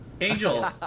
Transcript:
Angel